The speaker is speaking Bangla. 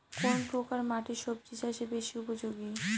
কোন প্রকার মাটি সবজি চাষে বেশি উপযোগী?